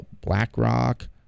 BlackRock